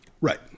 Right